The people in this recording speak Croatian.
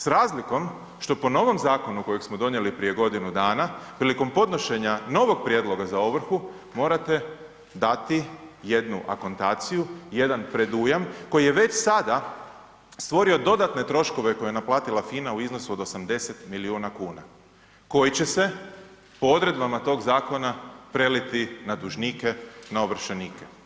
S razlikom što po novom zakonu kojeg smo donijeli prije godinu dana prilikom podnošenja novog prijedloga za ovrhu morate dati jednu akontaciju, jedan predujam koji je već sada stvorio dodatne troškove koje je naplatila FINA u iznosu od 80 milijuna kuna koji će se po odredbama tog zakona preliti na dužnike, na ovršenike.